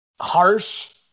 Harsh